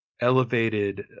elevated